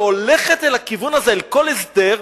שהולכת לכיוון הזה על כל הסדר,